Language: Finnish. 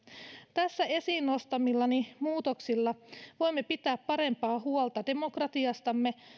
tässä esiin nostamillani muutoksilla voimme pitää parempaa huolta demokratiastamme